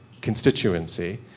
constituency